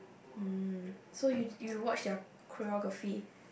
mm so you you watch their choreography